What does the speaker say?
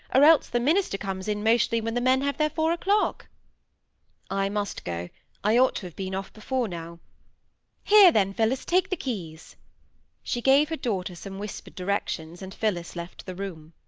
or else the minister comes in mostly when the men have their four o'clock i must go i ought to have been off before now here, then, phillis, take the keys she gave her daughter some whispered directions, and phillis left the room.